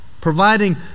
providing